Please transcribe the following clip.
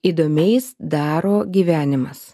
įdomiais daro gyvenimas